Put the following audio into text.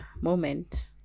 moment